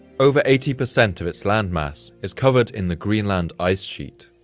over eighty percent of its land mass is covered in the greenland ice sheet,